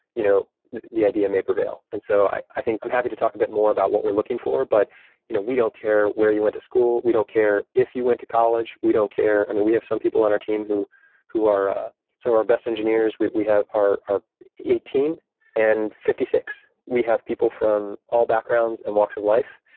you know the idea may prevail. and so i i think i'm happy to talk a bit more about what we're looking for, but you know we don't care where you went to school. we don't care if you went to college. we don't care and and we have some people on our team who are some of ah so our best engineers. we we have our our eighteen and fifty six. we have people from all backgrounds and walks of life.